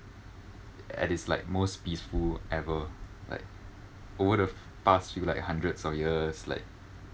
at its like most peaceful ever like over the past few like hundreds of years like